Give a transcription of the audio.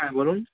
হ্যাঁ বলুন